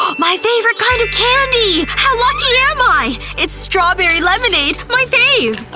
my favorite kind of candy! how lucky am i! it's strawberry lemonade, my fave!